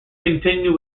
continued